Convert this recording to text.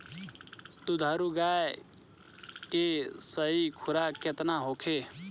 दुधारू गाय के सही खुराक केतना होखे?